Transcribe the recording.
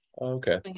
okay